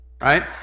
right